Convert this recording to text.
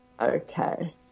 Okay